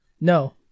no